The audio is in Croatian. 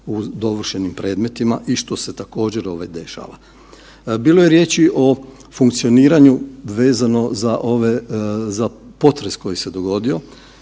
u dovršenim predmetima, i što se također, dešava. Bilo je riječi o funkcioniranje za ove, za potres koji se dogodio.